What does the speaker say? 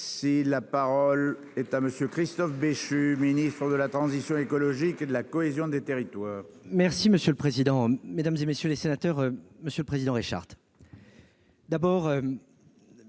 La parole est à M. le ministre de la transition écologique et de la cohésion des territoires.